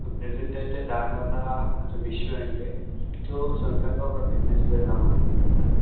so present అయితే దానివల్ల కొంచం ఇష్యూ అయ్యి ఉండే సో సొంతంగా ఒక బిజినెస్ పెడదాం అనుకుంటున్నాను